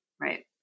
Right